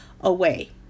away